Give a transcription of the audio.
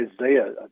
Isaiah